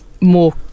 more